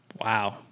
Wow